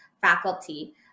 faculty